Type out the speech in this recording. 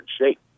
shape